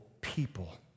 people